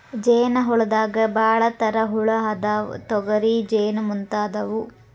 ಜೇನ ಹುಳದಾಗ ಭಾಳ ತರಾ ಹುಳಾ ಅದಾವ, ತೊಗರಿ ಜೇನ ಮುಂತಾದವು